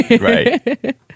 right